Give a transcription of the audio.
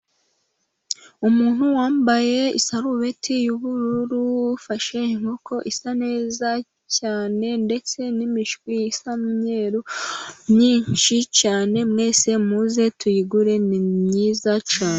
Umuntu wambaye isarubeti y'ubururu, ufashe inkoko isa neza cyane ndetse n'imishwi isa n'umweru myinshi cyane, mwese muze tuyigure ni myiza cyane.